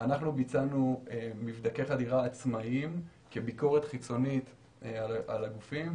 אנחנו ביצענו מבדקי חדירה עצמאיים כביקורת חיצונית על הגופים.